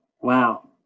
Wow